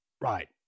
Right